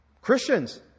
Christians